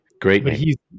Great